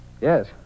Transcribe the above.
yes